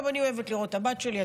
גם אני אוהבת לראות את הבת שלי,